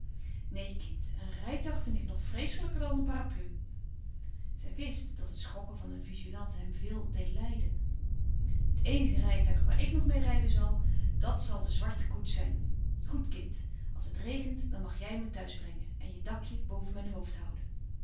neen kind een rijtuig vind ik nog vreeslijker dan een parapluie zij wist dat het schokken van een vigilante hem veel deed lijden het eenige rijtuig waar ik nog meê rijden zal dàt zal de zwarte koets zijn goed kind als het regent dan mag jij me thuis brengen en je dakje boven mijn hoofd houden